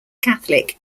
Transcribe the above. catholic